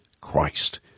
Christ